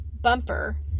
bumper